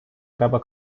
треба